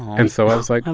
and so i was like, ah